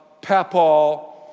Papal